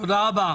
תודה רבה.